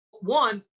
one